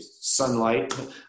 sunlight